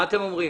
מה אתם אומרים?